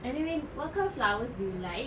anyway what kind flowers do you like